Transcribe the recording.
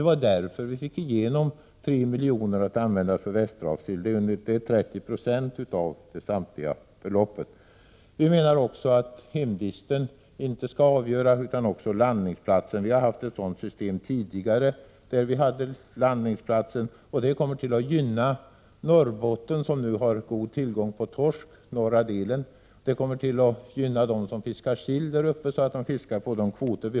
Det var därför som vi fick igenom 3 milj.kr. att användas för Västerhavssill. Det är 30 96 av det totala beloppet. Vi menar att inte fiskarens hemvist utan landningsplatsen skall vara avgörande för stödet till konsumtionsfisk. Vi har haft ett sådant system Prot. 1986/87:133 tidigare, där landningsplatsen var avgörande. Den principen kommer att — 1 juni 1987 gynna Norrbotten, där det nu utanför norra delen finns god tillgång på torsk. Ett sådant system kommer att gynna dem som fiskar sill där uppe, så att de utnyttjar sina kvoter.